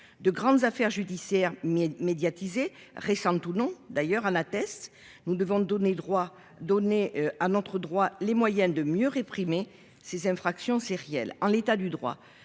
de grandes affaires judiciaires médiatisées, récentes ou non. Nous devons conférer à notre droit les moyens de mieux réprimer ces infractions sérielles. En l’état du droit,